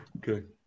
Good